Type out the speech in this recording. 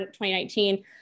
2019